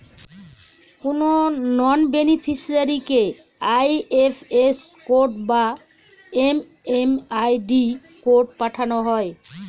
কোনো নন বেনিফিসিরইকে IFS code বা এম.এম.আই.ডি কোড পাঠানো হয়